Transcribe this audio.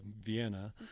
Vienna